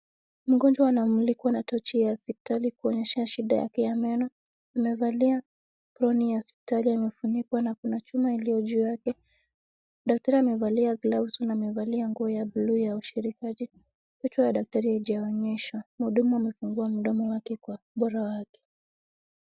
Mgonjwa anamulikuwa na tochi ya hospitali kuonyeshwa shida yake ya meno. Amevalia aproni ya hospitali, amefunikwa na kuna chuma iliyo juu yake. Daktari amevalia gloves na amevalia nguo ya blue ya ushirikaji. Kichwa ya daktari haijaonyeshwa. Mhudumu amefungua mdomo wake kwa ubora wake.